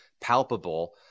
palpable